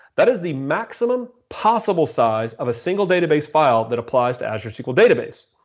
that is the maximum possible size of a single database file that applies to azure sql database.